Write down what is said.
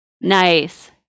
Nice